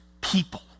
people